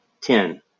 ten